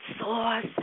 sauce